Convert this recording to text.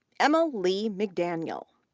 emma lee mcdaniel.